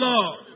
Lord